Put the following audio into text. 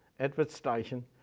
edward steichen,